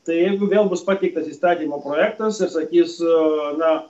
tai jeigu vėl bus pateiktas įstatymo projektas ir sakys na